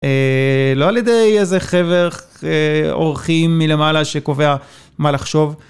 לא על ידי איזה חבר, עורכים מלמעלה שקובע מה לחשוב.